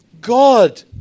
God